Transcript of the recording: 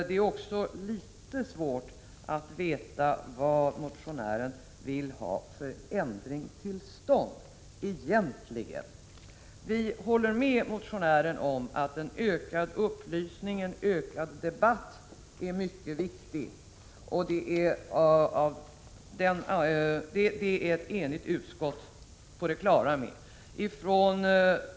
Det är också litet svårt att veta vilken ändring motionären egentligen vill ha till stånd. Vi håller med motionären om att en ökad upplysning och en ökad debatt är mycket viktig. Om detta är utskottet enigt.